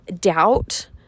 doubt